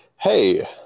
Hey